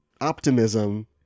optimism